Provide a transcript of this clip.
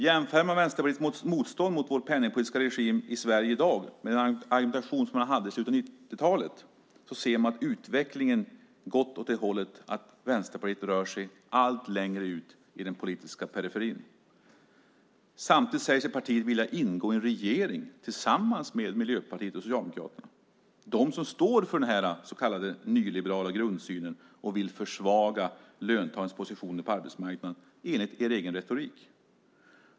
Jämför man Vänsterpartiets motstånd mot vår penningpolitiska regim i Sverige i dag med den argumentation som partiet hade i slutet av 1990-talet så ser man att utvecklingen har gått åt det hållet att Vänsterpartiet rör sig allt längre ut i den politiska periferin. Samtidigt säger sig partiet vilja ingå i en regering tillsammans med Miljöpartiet och Socialdemokraterna, de som står för den här så kallade nyliberala grundsynen och vill försvaga löntagarnas positioner på arbetsmarknaden, enligt er egen retorik.